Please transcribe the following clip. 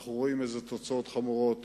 אנחנו רואים אילו תוצאות חמורות.